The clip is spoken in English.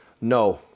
No